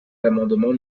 l’amendement